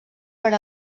per